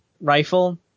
rifle